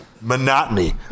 monotony